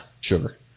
sugar